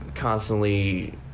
constantly